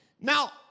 Now